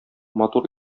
матур